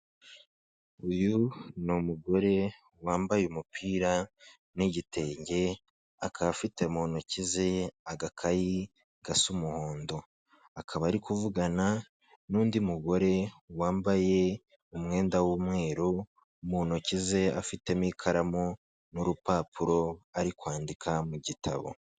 Uyu n'umugore wambaye umupira n'igitenge, akaba afite mu ntoki ze aga akayi gasa umuhondo, akaba ari kuvugana n'undi mugore wambaye umwenda w'umweru mu ntoki ze afitemo ikaramu n'urupapuro ari kwandika mu gitabo.